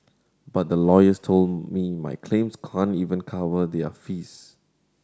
but the lawyers told me my claims can't even cover their fees